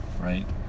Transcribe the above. right